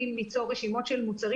אני מציעה שנדבר באותה שפה.